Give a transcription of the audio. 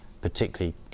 particularly